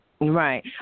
Right